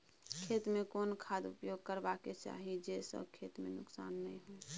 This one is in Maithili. खेत में कोन खाद उपयोग करबा के चाही जे स खेत में नुकसान नैय होय?